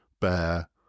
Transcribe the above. bear